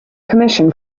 commission